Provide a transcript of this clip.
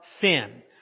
sin